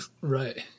Right